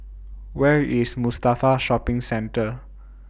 Where IS Mustafa Shopping Centre